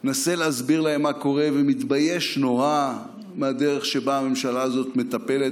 מנסה להסביר להם מה קורה ומתבייש נורא מהדרך שבה הממשלה הזאת מטפלת,